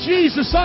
Jesus